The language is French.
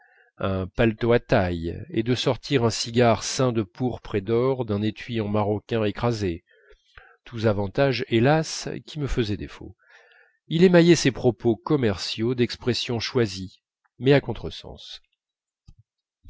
un paletot à taille et de sortir un cigare ceint de pourpre et d'or d'un étui en maroquin écrasé tous avantages hélas qui me faisaient défaut il émaillait ses propos commerciaux d'expressions choisies mais à contresens